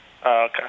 Okay